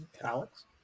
Alex